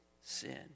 sin